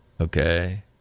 okay